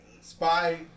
Spy